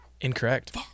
Incorrect